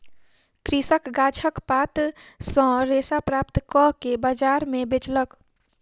कृषक गाछक पात सॅ रेशा प्राप्त कअ के बजार में बेचलक